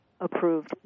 approved